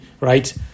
right